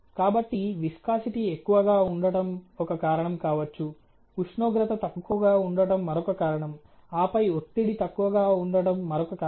కాబట్టి విస్కాసిటీ ఎక్కువగా ఉండటం ఒక కారణం కావచ్చు ఉష్ణోగ్రత తక్కువగా ఉండటం మరొక కారణం ఆపై ఒత్తిడి తక్కువగా ఉండటం మరొక కారణం